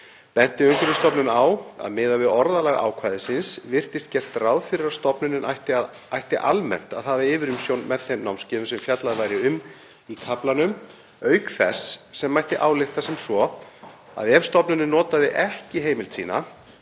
Benti Umhverfisstofnun á að miðað við orðalag ákvæðisins virtist gert ráð fyrir að stofnunin ætti almennt að hafa yfirumsjón með þeim námskeiðum sem fjallað væri um í kaflanum auk þess sem mætti álykta sem svo að ef stofnunin notaði ekki heimild sína